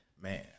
man